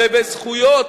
ובזכויות,